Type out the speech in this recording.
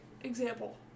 example